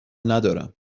ندارم